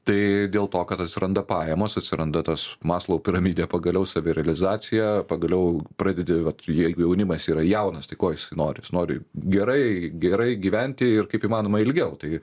tai dėl to kad atsiranda pajamos atsiranda tas maslau piramidė pagaliau savirealizacija pagaliau pradedi vat jeigu jaunimas yra jaunas tai ko jisai nori jis nori gerai gerai gyventi ir kaip įmanoma ilgiau tai